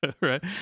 right